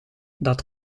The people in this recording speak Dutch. dat